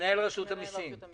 מנהל רשות המיסים.